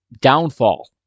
downfall